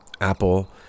Apple